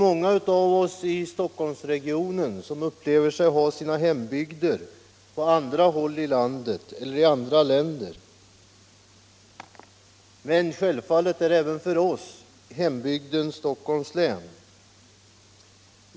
Många av oss som bor i denna region upplever sig ha sina respektive hembygder på andra håll i landet eller i andra länder, men självfallet är Stockholms län hembygden även för oss.